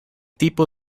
tipo